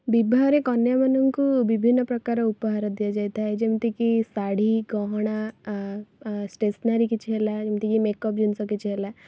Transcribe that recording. ବିବାହରେ କନ୍ୟାମାନଙ୍କୁ ବିଭିନ୍ନ ପ୍ରକାର ଉପହାର ଦିଆଯାଇ ଥାଏ ଯେମିତି କି ଶାଢ଼ୀ ଗହଣା ଆଁ ଆଁ ଷ୍ଟେସନାରୀ କିଛି ହେଲା ଯେମିତି କି ମେକପ୍ ଜିନିଷ କିଛି ହେଲା